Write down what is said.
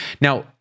Now